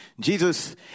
Jesus